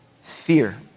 Fear